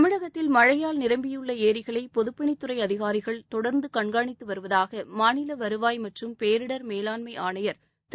தமிழகத்தில் மழையால் நிரம்பியுள்ள ஏரிகளை பொதுப்பணித் துறை அதிகாரிகள் தொடர்ந்து கண்காணித்து வருவதாக மாநில வருவாய் மற்றும் பேரிடர் மேலாண்மை ஆணையர் திரு